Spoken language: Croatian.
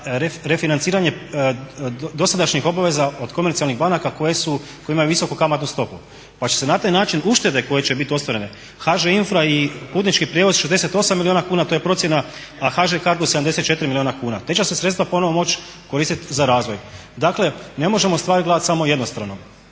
za refinanciranje dosadašnjih obaveza od komercijalnih banaka koje imaju visoku kamatnu stopu pa će se na taj način uštede koje će bit ostvarene, HŽ Infrastruktura i Putnički prijevoz 68 milijuna kuna, to je procjena, a HŽ Cargo 74 milijuna kuna. Ta će se sredstva ponovo moći koristit za razvoj. Dakle ne možemo stvari gledat samo jednostrano.